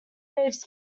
waves